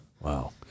Wow